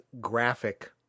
graphic